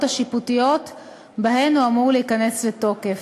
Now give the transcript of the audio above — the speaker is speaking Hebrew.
השיפוטיות שבהן הוא אמור להיכנס לתוקף.